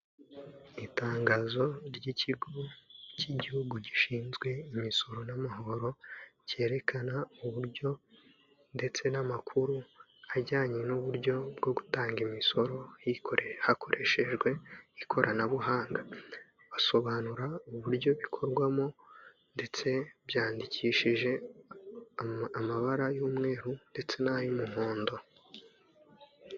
Itangazo ry'ikigo k'igihugu gishinzwe imisoro n'amahoro, kerekana uburyo ndetse n'amakuru ajyanye n'uburyo bwo gutanga imisoro bikorera hakoreshejwe ikoranabuhanga, basobanura uburyo bikorwamo ndetse byandikishije amabara y'umweru ndetse n'ay'umuhondo.